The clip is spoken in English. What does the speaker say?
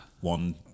one